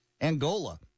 Angola